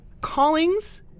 callings